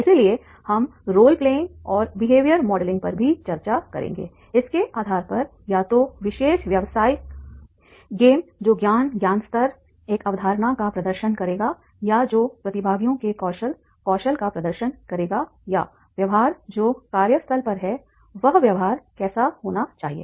इसलिए हम role playing और बिहेवियर मॉडलिंग पर भी चर्चा करेंगे इसके आधार पर या तो विशेष व्यावसायिक गेम जो ज्ञान ज्ञान स्तर एक अवधारणा का प्रदर्शन करेगा या जो प्रतिभागियों के कौशल कौशल का प्रदर्शन करेगा या व्यवहार जो कार्य स्थल पर है वह व्यवहार कैसा होना चाहिए